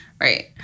Right